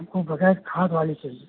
हमको बग़ैर खाद वाली चाहिए